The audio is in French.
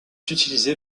utilisé